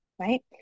Right